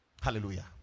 Hallelujah